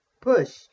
PUSH